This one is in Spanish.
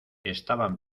estaban